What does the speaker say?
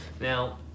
Now